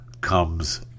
comes